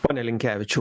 pone linkevičiau